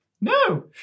No